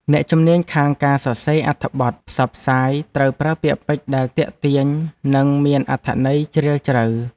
អ្នកជំនាញខាងការសរសេរអត្ថបទផ្សព្វផ្សាយត្រូវប្រើពាក្យពេចន៍ដែលទាក់ទាញនិងមានអត្ថន័យជ្រាលជ្រៅ។